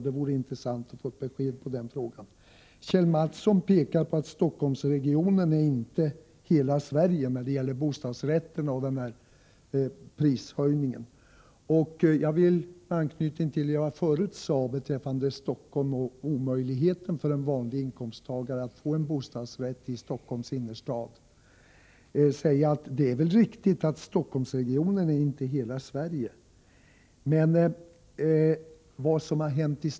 Det vore intressant att få ett besked på den punkten. Kjell Mattsson påpekade när det gällde prishöjningen på bostadsrätter att Stockholmsregionen inte är hela Sverige. Det är riktigt.